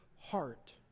heart